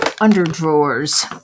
underdrawers